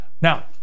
Now